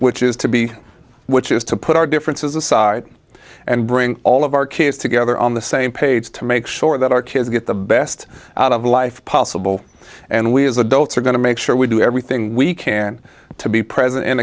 which is to be which is to put our differences aside and bring all of our kids together on the same page to make sure that our kids get the best out of life possible and we as adults are going to make sure we do everything we can to be pr